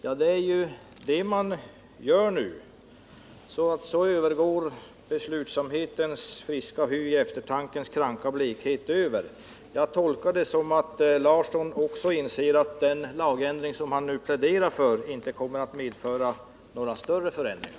Men det gör man redan nu, så beslutsamhetens friska hy övergår i eftertankens kranka blekhet. Jag tolkar det som att Einar Larsson också inser att den lagändring som han pläderat för inte kommer att medföra några större förändringar.